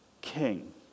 king